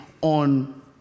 on